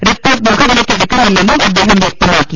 report മുഖവിലയ്ക്കെടുക്കുന്നില്ലെന്നും അദ്ദേഹം വൃക്ത മാക്കി